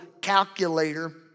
calculator